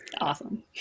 Awesome